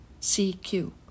CQ